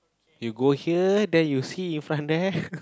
you go here then you see in front there